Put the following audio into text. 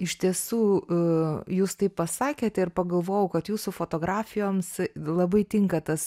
iš tiesų jūs taip pasakėte ir pagalvojau kad jūsų fotografijoms labai tinka tas